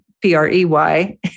P-R-E-Y